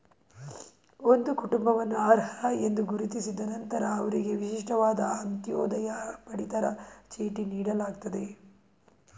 ಒಂದು ಕುಟುಂಬವನ್ನು ಅರ್ಹ ಎಂದು ಗುರುತಿಸಿದ ನಂತ್ರ ಅವ್ರಿಗೆ ವಿಶಿಷ್ಟವಾದ ಅಂತ್ಯೋದಯ ಪಡಿತರ ಚೀಟಿ ನೀಡಲಾಗ್ತದೆ